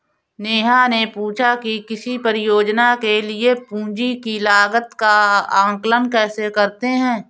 नेहा ने पूछा कि किसी परियोजना के लिए पूंजी की लागत का आंकलन कैसे करते हैं?